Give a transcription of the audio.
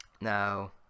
Now